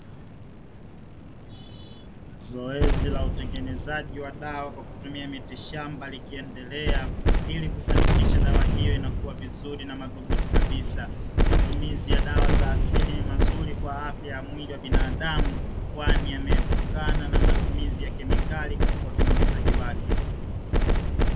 Zoezi la utengenezaji wa dawa kwa kutumia miti shamba likiendelea ili kufanikisha dawa hiyo inakuwa vizuri na madhubuti kabisa, Matumizi ya dawa za asili mazuri kwa afya ya mwili wa binadamu kwani ameepukana na matumizi ya kemikali katika utengenezaji wake.